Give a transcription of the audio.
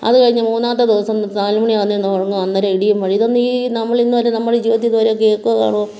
അത് കഴിഞ്ഞ് മൂന്നാമത്തെ ദിവസം നാലു മണിയാകുന്നെന്ന് തുടങ്ങും അന്നൊരു ഇടിയും മഴയും ഇതൊന്നും ഈ നമ്മളിന്നുവരെ നമ്മളെ ജീവിതത്തിൽ ഇതുവരെ കേൾക്കുവോ കാണുവോ